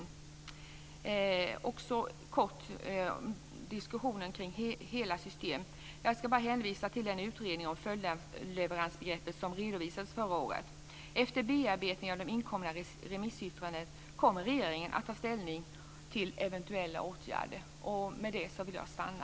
Jag vill också kort ta upp diskussionen kring hela system. Jag ska bara hänvisa till den utredning om följdleveransbegreppet som redovisats förra året. Efter bearbetning av de inkomna remissyttrandena kommer regeringen att ta ställning till eventuella åtgärder. Med det vill jag stanna.